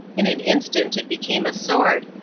in an instant it became a sword,